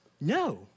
No